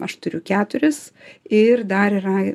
aš turiu keturis ir dar yra